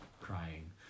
crying